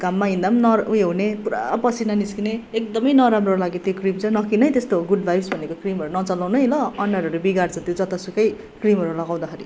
घाममा हिँड्दा नर उयो हुने पुरा पसिना निस्कने एकदमै नराम्रो लाग्यो त्यो क्रिम चाहिँ नकिन है त्यस्तो गुड भाइब्स भनेको क्रिमहरू नचलाउनु ल अनुहारहरू बिगार्छ त्यो जता सुकै क्रिमहरू लगाउँदाखेरि